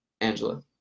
Angela